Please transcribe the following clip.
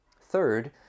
Third